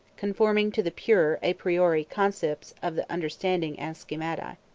conforming to the pure a priori concepts of the understanding as schemata.